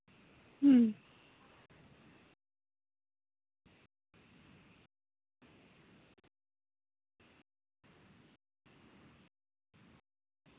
ᱦᱩᱸ